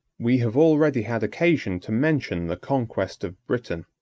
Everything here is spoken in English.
we have already had occasion to mention the conquest of britain,